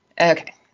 Okay